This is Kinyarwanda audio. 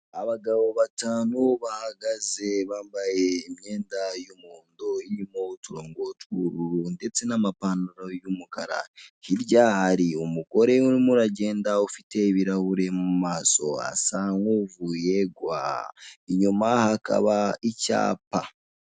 Abagabo batanu bahagaze bambaye imyenda y'umuhondo irimo uturongo tw'ubururu ndetse n'amapantalo y'umukara, hirya hari umugore urimo uragenda ufite ibirahure mu maso asa nk'uvuye guhaha inyuma hakaba icyapa.